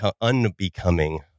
unbecoming